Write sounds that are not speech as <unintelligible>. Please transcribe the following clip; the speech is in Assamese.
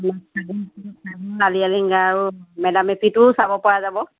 <unintelligible> আলি আয়ে লৃগাং আৰু মে ডাম মেফিটোও চাব পৰা যাব